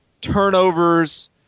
turnovers